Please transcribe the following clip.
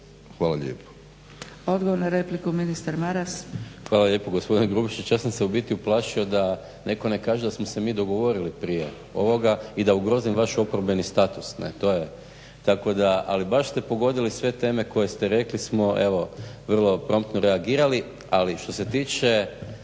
Dragica (SDP)** Odgovor na repliku, ministar Maras. **Maras, Gordan (SDP)** Hvala lijepo. Gospodine Grubišić ja sam se ubiti uplašio da neko ne kaže da samo se mi dogovorili prije ovoga i da ugrozim vaš oporbeni status. Tako da, ali baš ste pogodili sve teme koje ste rekli smo evo vrlo promptno reagirali, ali što se tiče